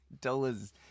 dollars